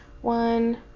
one